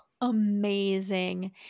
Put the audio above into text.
Amazing